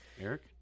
Eric